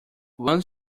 one